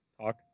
talk